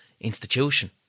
institution